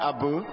Abu